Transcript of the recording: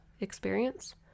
experience